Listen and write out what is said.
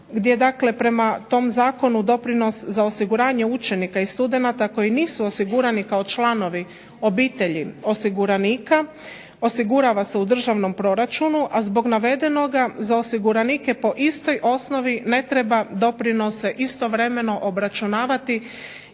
gdje dakle prema tom zakonu doprinos za osiguranje učenika i studenata koji nisu osigurani kao članovi obitelji osiguranika osigurava se u državnom proračunu, a zbog navedenoga za osiguranike po istoj osnovi ne treba doprinose istovremeno obračunavati